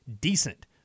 decent